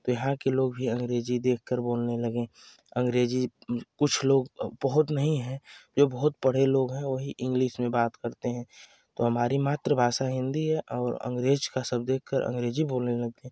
तो यहाँ के लोग भी अंग्रेजी देख कर बोलने लगे अंग्रेजी कुछ लोग बहुत नहीं हैं जो बहुत पढे लोग हैं वही इंग्लिस में बात करते हैं तो हमारी मातृभाषा हिन्दी है और अंग्रेज का सब देखकर अंग्रेजी बोलने लग गए